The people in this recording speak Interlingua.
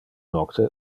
nocte